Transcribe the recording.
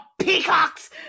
peacocks